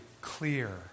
clear